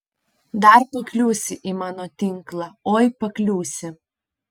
dar pakliūsi į mano tinklą oi pakliūsi